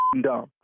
dumb